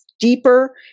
deeper